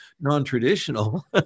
non-traditional